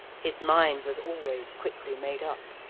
his mind was always quickly made up.